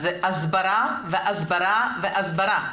אז הסברה, הסברה, הסברה.